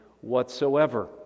whatsoever